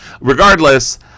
Regardless